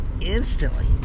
instantly